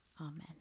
amen